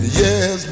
yes